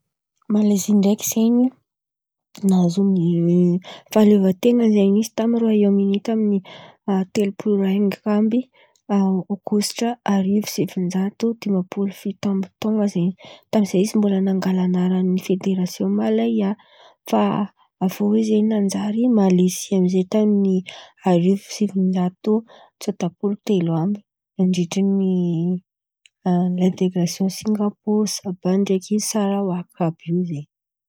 Malezy ndreky zen̈y nahazo ny fahaleovan-ten̈any izy taminy roaôme iny taminy telopolo raiky amby aogositra arivo sivan-jato dima-polo fito amby tôna zen̈y. Tamizey mbola nangala ny anarany federasiô Himalaia fa avy eo izy zen̈y manjary Malezi amizey taminy avy eo sivin-jato tsota polo telo amby nandritry ny redegrasiô Singaporo Sabany saraoa iaby in̈y.